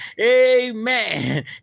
Amen